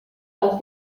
les